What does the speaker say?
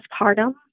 postpartum